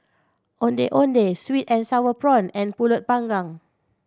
Ondeh Ondeh sweet and sour prawn and Pulut Panggang